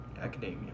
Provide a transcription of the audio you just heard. Academia